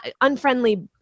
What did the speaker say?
unfriendly